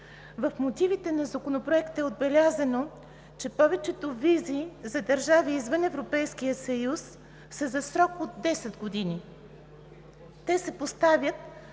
В мотивите на Законопроекта е отбелязано, че повечето визи за държави извън Европейския съюз са за срок от 10 години. Те се поставят